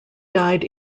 died